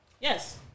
Yes